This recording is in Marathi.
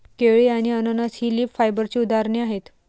केळी आणि अननस ही लीफ फायबरची उदाहरणे आहेत